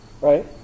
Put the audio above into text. right